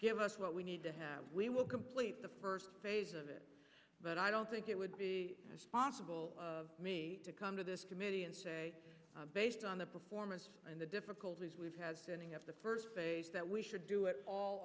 give us what we need to have we will complete the first phase of it but i don't think it would be it's possible to come to this committee and say based on the performance and the difficulties we've had setting up the first phase that we should do it all